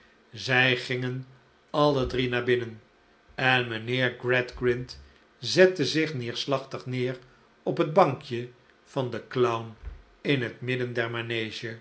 zij gingen alle drie naar binnen en mijnheer gradgrind zette zich neerslachtig neer op het bankje van den clown in het midden der manege